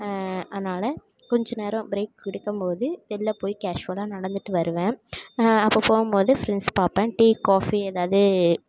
அதனால கொஞ்ச நேரம் பிரேக் கொடுக்கும் போது வெளில போய் கேஷுவலாக நடந்துவிட்டு வருவேன் அப்போ போகும்போது ஃப்ரெண்ட்ஸ் பார்ப்பேன் டீ காஃபி எதாவது